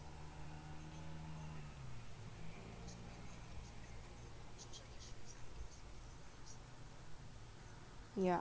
ya